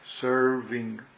serving